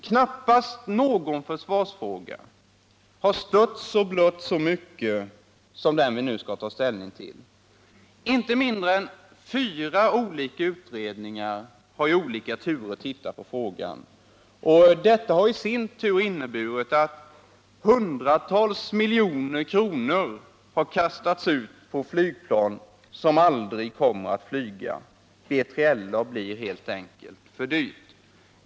Knappast någon försvarsfråga har stötts och blötts så mycket som den riksdagen nu skall ta ställning till. Inte mindre än fyra olika utredningar har i olika turer studerat frågan. Detta har i sin tur inneburit att hundratals miljoner kronor har kastats bort på ett flygplan som aldrig kommer att flyga.